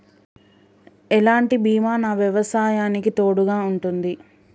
ఎలాంటి బీమా నా వ్యవసాయానికి తోడుగా ఉంటుంది?